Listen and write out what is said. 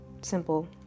simple